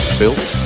built